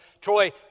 Troy